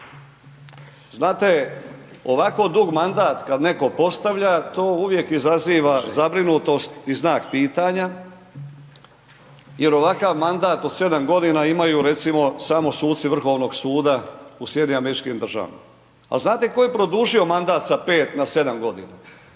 Znate, ovako dug mandat, kada netko postavlja, to uvijek izaziva zabrinutost i znak pitanja, jer ovakav mandat, od 7 g. imaju recimo, samo suci Vrhovnog suda u SAD-u. A znate tko je produžio mandat sa 5 na 7 godina?